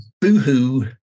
Boohoo